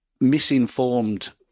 misinformed